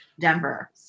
Denver